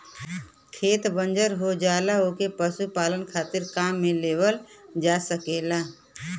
खेत बंजर हो जाला ओके पशुपालन खातिर काम में लेवल जा सकल जाला